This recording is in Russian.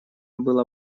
была